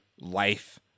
life